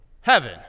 heaven